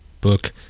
book